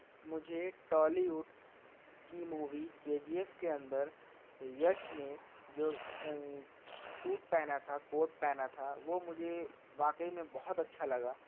مجھے Tollywood کی movie K G F کے اندر یش نے جو سوٹ پہنا تھا کوٹ پہنا تھا وہ مجھے واقعی میں بہت اچھا لگا